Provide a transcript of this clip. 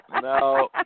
No